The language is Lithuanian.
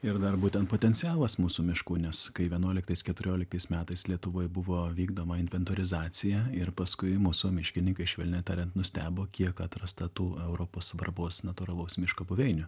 ir dar būtent potencialas mūsų miškų nes kai vienuoliktais keturioliktais metais lietuvoj buvo vykdoma inventorizacija ir paskui mūsų miškininkai švelniai tarian nustebo kiek atrasta tų europos svarbos natūralaus miško buveinių